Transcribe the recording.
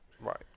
right